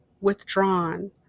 withdrawn